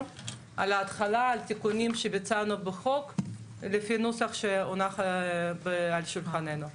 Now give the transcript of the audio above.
להתחלה לתיקונים שביצענו בחוק לפי נוסח שהונח על שולחננו.